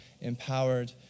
empowered